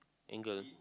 angle